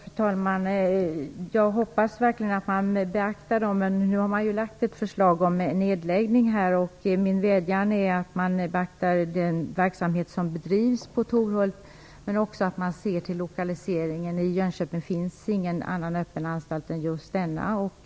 Fru talman! Jag hoppas verkligen att man beaktar dessa faktorer. Men nu har ju ett förslag om nedläggning lagts fram. Min vädjan är att den verksamhet som bedrivs i Torhult beaktas men också att man ser till lokaliseringen; i Jönköping finns ingen annan öppen anstalt än just denna.